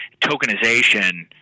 Tokenization